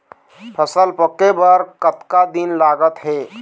फसल पक्के बर कतना दिन लागत हे?